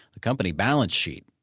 the company balance sheet.